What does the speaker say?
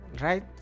Right